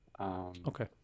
Okay